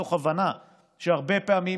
מתוך הבנה שהרבה פעמים